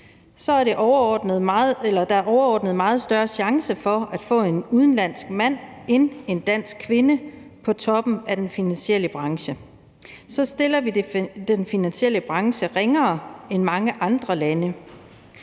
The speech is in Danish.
er der overordnet meget større chance for at få en udenlandsk mand end en dansk kvinde på toppen af den finansielle branche. Så stiller vi den finansielle branche ringere end i mange andre lande.